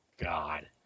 God